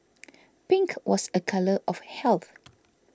pink was a colour of health